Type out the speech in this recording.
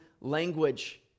language